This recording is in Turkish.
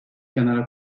kenara